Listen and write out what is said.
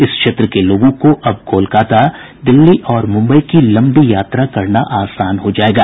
इस क्षेत्र के लोगों को अब कोलकाता दिल्ली और मुंबई की लंबी यात्रा करना आसान हो जाएगा